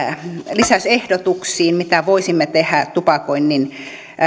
lisäysehdotuksiin mitä voisimme tehdä tupakoinnin